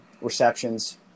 receptions